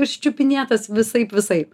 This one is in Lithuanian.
iščiupinėtas visaip visaip